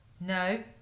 No